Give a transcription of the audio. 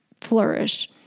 flourish